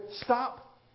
stop